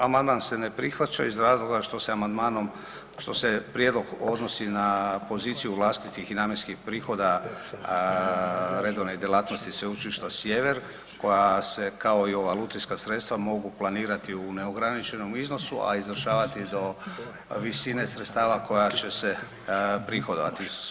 Amandman s ne prihvaća iz razloga što se amandmanom što se prijedlog odnosi na poziciju vlastitih i namjenskih prihoda redovne djelatnosti Sveučilišta Sjever koja je kao i ova lutrijska sredstva mogu planirati u neograničenom iznosu, a izvršavati do visine sredstava koja će se prihodovati.